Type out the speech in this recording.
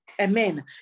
Amen